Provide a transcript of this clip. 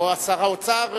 או שר האוצר ירצה?